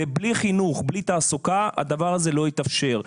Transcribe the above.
בלי חינוך, בלי תעסוקה הדבר הזה לא יתאפשר.